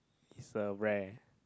it's a rare